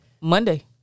Monday